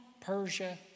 Persia